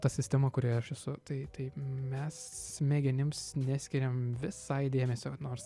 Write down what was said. ta sistema kurioje aš esu tai tai mes smegenims neskiriam visai dėmesio nors